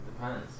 Depends